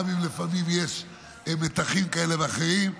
גם אם לפעמים יש מתחים כאלה ואחרים,